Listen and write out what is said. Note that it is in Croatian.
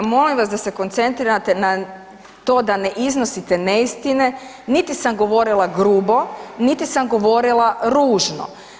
Molim vas da se koncentrirate na to da ne iznosite neistine, niti sam govorila grubo niti sam govorila ružno.